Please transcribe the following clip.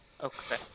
Okay